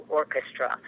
orchestra